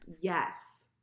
Yes